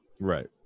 Right